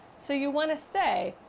so you want to say,